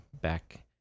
back